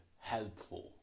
helpful